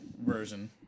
version